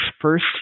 first